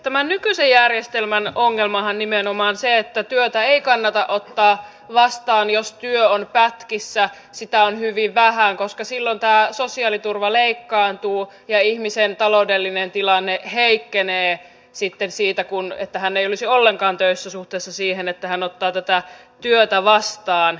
tämän nykyisen järjestelmän ongelmahan on nimenomaan se että työtä ei kannata ottaa vastaan jos työ on pätkissä sitä on hyvin vähän koska silloin tämä sosiaaliturva leikkaantuu ja ihmisen taloudellinen tilanne heikkenee sitten siitä että hän ei olisi ollenkaan töissä suhteessa siihen että hän ottaa tätä työtä vastaan